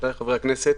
רבותיי חברי הכנסת,